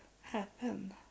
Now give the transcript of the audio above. happen